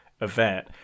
event